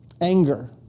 anger